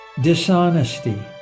dishonesty